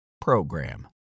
program